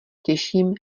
těším